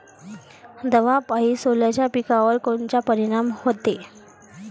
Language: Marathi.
दवापायी सोल्याच्या पिकावर कोनचा परिनाम व्हते?